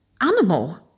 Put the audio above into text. Animal